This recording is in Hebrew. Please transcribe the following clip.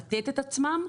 לתת את עצמם,